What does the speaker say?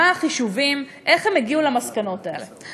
מה החישובים, איך הם הגיעו למסקנות האלה.